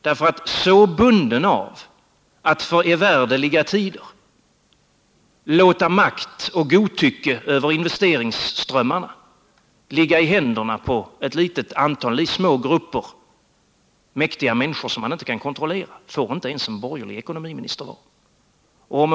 Så bunden av att för evärdliga tider låta makt och godtycke över investeringsströmmarna ligga i händerna på ett litet antal, i små grupper verksamma, mäktiga människor som man inte kan kontrollera får inte ens en borgerlig ekonomiminister vara.